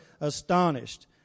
astonished